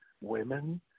women